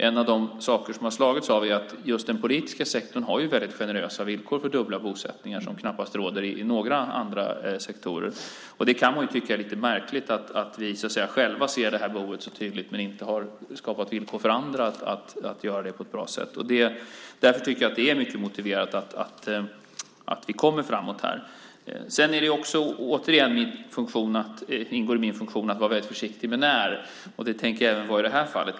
En av de saker som slagit mig är att just den politiska sektorn har väldigt generösa villkor för dubbel bosättning, något som knappast råder i någon annan sektor. Man kan tycka att det är lite märkligt att vi själva så tydligt ser det här behovet men inte har skapat villkor för andra att göra detta på ett bra sätt. Därför tycker jag att det är mycket motiverat att vi kommer framåt här. Återigen vill jag säga att det ingår i min funktion att vara väldigt försiktig med när . Det tänker jag vara även i det här fallet.